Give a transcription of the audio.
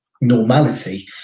normality